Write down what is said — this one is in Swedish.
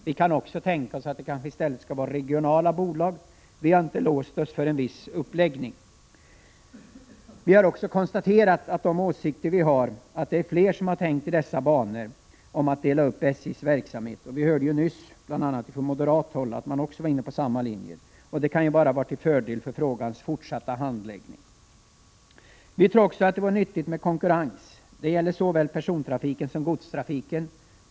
Vi kan också tänka oss att det i stället skall vara regionala bolag. Vi har inte låst oss för en viss uppläggning. Vi har också konstaterat att fler har tänkt i dessa banor. Vi hörde nyss att man också på moderat håll var inne på samma linje, och det kan ju vara till fördel för frågans fortsatta handläggning. Vi tror också att det kan vara nyttigt med konkurrens. Detta gäller såväl persontrafiken som godstrafiken.